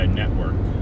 network